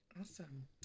Awesome